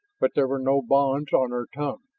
but there were no bonds on her tongue.